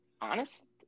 honest